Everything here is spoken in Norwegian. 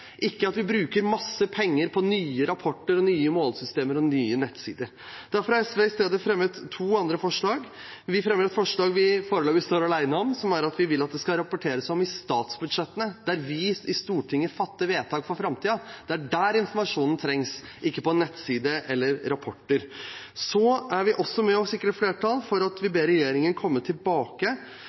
ikke at vi bruker masse penger på nye rapporter, nye målesystemer og nye nettsider. Derfor har SV i stedet et annet forslag, og jeg fremmer herved forslaget, som vi foreløpig står alene om, om at det skal rapporteres om i statsbudsjettene, der vi i Stortinget fatter vedtak for framtiden. Det er der informasjonen trengs – ikke på en nettside eller i rapporter. Vi er også med og sikrer flertall for å be regjeringen komme tilbake